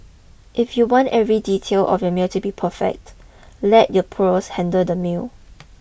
if you want every detail of your meal to be perfect let your pros handle the meal